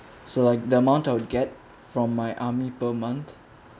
so like the amount I would get from my army per month